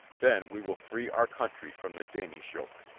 then we will free our country from the danish yoke.